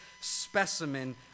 specimen